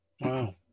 wow